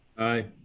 aye,